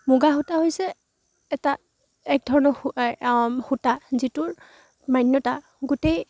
মুগা সূতা হৈছে এটা এক ধৰণৰ সূতা যিটোৰ মান্যতা গোটেই